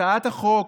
הצעת החוק,